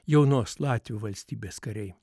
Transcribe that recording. jaunos latvių valstybės kariai